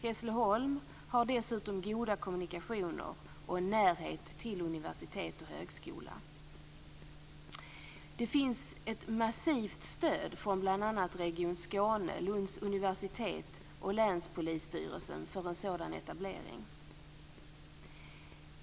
Hässleholm har dessutom goda kommunikationer och närhet till universitet och högskola. Det finns ett massivt stöd från bl.a. Region Skåne, Lunds universitet och länspolisstyrelsen för en sådan etablering.